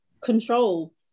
control